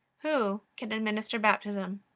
who can administer baptism?